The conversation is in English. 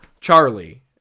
Charlie